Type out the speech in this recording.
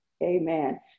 Amen